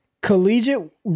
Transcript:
collegiate